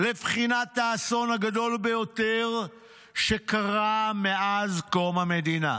לבחינת האסון הגדול ביותר שקרה מאז קום המדינה: